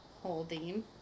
Holding